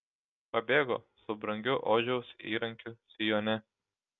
pabėgo su brangiu odžiaus įrankiu sijone